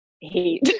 hate